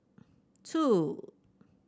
two